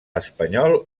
espanyol